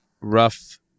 rough